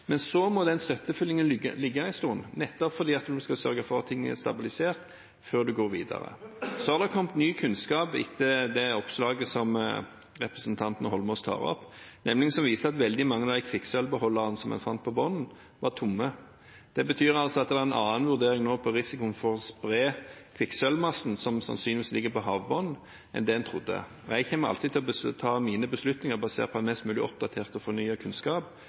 Men så må den støttefyllingen ligge en stund, nettopp fordi man også skal sørge for at ting er stabilisert før en går videre. Det har kommet ny kunnskap etter det oppslaget som representanten Eidsvoll Holmås tar opp. Det viser seg at veldig mange av de kvikksølvbeholderne som en fant på bunnen, var tomme. Det betyr at det nå er en annen vurdering av risikoen for å spre kvikksølvmassen som sannsynligvis ligger på havbunnen, enn det en trodde. Jeg kommer alltid til å ta mine beslutninger basert på mest mulig oppdatert og fornyet kunnskap.